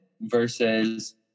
versus